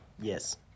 Yes